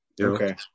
Okay